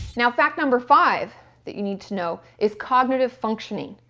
now fact number five that you need to know, is cognitive functioning.